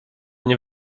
nie